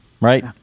Right